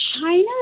China